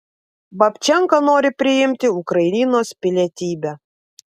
babčenka nori priimti ukrainos pilietybę